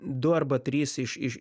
du arba trys iš iš